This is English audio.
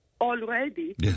already